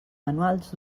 manuals